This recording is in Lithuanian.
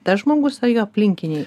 tas žmogus ar jo aplinkiniai